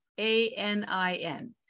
A-N-I-N